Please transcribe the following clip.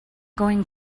going